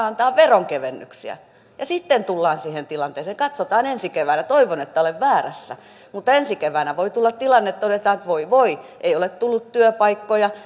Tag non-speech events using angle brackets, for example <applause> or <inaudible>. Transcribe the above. <unintelligible> antaa veronkevennyksiä ja sitten tullaan siihen tilanteeseen katsotaan ensi keväänä toivon että olen väärässä mutta ensi keväänä voi tulla se tilanne että todetaan että voi voi ei ole tullut työpaikkoja <unintelligible>